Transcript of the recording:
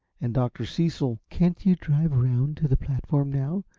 and dr. cecil can't you drive around to the platform now,